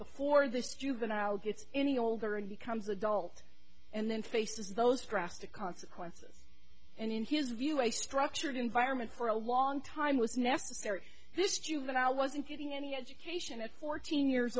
before this juvenile gets any older and becomes adult and then faces those drastic consequences and in his view a structured environment for a long time was necessary this juvenile wasn't getting any education at fourteen years